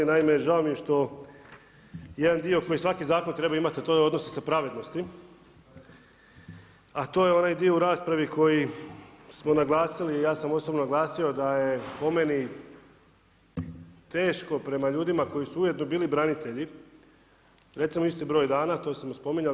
Naime, žao mi je što jedan dio koji svaki zakon treba imati, a to je odnosi se pravednosti, a to je onaj dio u raspravi koji smo naglasili i ja sam osobno naglasio da je po meni teško prema ljudima koji su ujedno bili branitelji, recimo isti broj dana to smo spominjali.